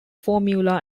formula